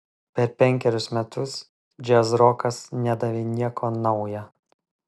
per penkerius metus džiazrokas nedavė nieko nauja